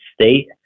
state